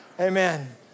amen